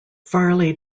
farley